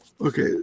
Okay